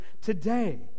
today